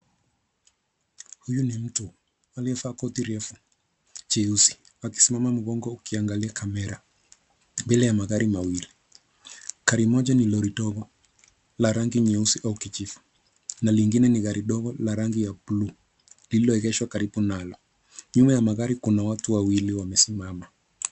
Huyu ni mtu aliyevaa koti refu jeusi akisimama mgongo ukiangalia kamera mbele ya magari mawili. Gari moja ni lori ndogo la rangi nyeusi au kijivu na lingine ni gari ndogo la rangi ya bluu lililoegeshwa karibu nalo. Nyuma ya magari kuna watu wawili wamesimama.